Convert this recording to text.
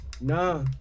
Nah